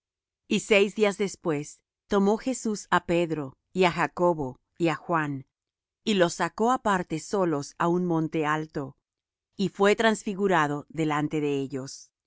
y seis días después tomó jesús á pedro y á jacobo y á juan y los sacó aparte solos á un monte alto y fué transfigurado delante de ellos